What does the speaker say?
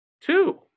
Two